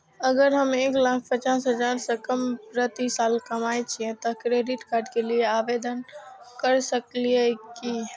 अगर हम एक लाख पचास हजार से कम प्रति साल कमाय छियै त क्रेडिट कार्ड के लिये आवेदन कर सकलियै की?